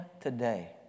today